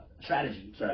strategy